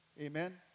Amen